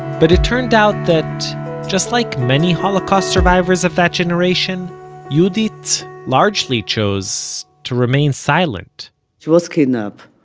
but it turned out that just like many holocaust survivors of that generation yehudit largely chose to remain silent she was kidnapped,